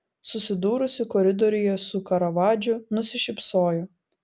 susidūrusi koridoriuje su karavadžu nusišypsojo